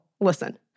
Listen